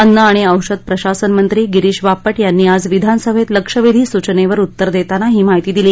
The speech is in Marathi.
अन्न आणिऔषध प्रशासन मंत्री गिरीश बापट यांनी आज विधानसभेत लक्षवेधी सूचनेवर उत्तर देताना ही माहिती दिली